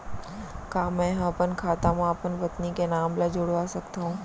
का मैं ह अपन खाता म अपन पत्नी के नाम ला जुड़वा सकथव?